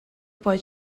poi